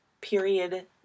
period